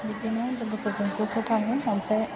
बिदिनो लोगोफोरजों ज' ज' थाङो ओमफ्राय